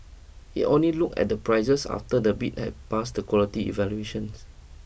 it only looked at the prices after the bid had passed the quality evaluations